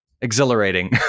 Exhilarating